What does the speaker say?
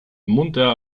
munter